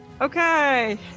Okay